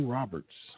Roberts